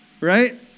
right